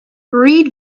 read